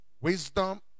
Wisdom